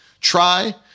try